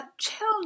Tell